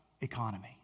economy